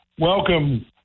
welcome